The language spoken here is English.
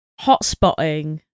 hotspotting